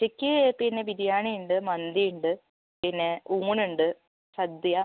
ഉച്ചയ്ക്ക് പിന്നെ ബിരിയാണി ഉണ്ട് മന്തി ഉണ്ട് പിന്നെ ഊണ് ഉണ്ട് സദ്യ